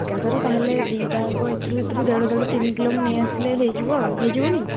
ଏକା ସାର ତା'ହେଲେ ଦୁଇଟାଙ୍କ ଏଥିରୁ ଏଥିରୁ ଦେଢ଼ ଦେଢ଼କିଲୋ ତିନି କିଲୋ ମୁଁ ନେଇଆସିଲେ ହେଇଯିବ ଆଉ ହେଇଯିବନି